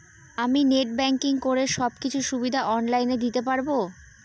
আমি net banking করে সব কিছু সুবিধা অন লাইন দিতে পারবো?